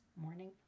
morning